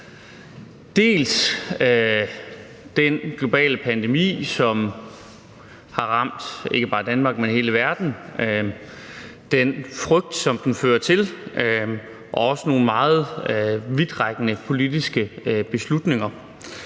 dels den globale pandemi, som har ramt ikke bare Danmark, men hele verden, dels den frygt, som den fører til, dels nogle meget vidtrækkende politiske beslutninger.